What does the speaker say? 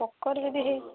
ପୋକୋରେ ଯଦି ହେଇ